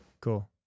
Cool